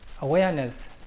awareness